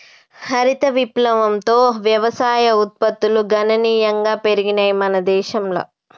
హరిత విప్లవంతో వ్యవసాయ ఉత్పత్తులు గణనీయంగా పెరిగినయ్ మన దేశంల